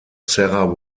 sarah